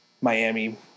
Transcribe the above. Miami